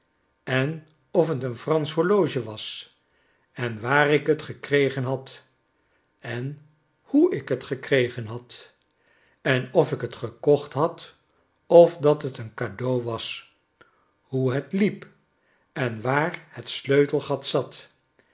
en of t een fransch horloge was en waar ik t gekregen had en hoe ik t gekregen had en of ik t gekocht had of dat het een cadeau was hoe het liep en waar het sleutelgat zat